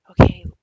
okay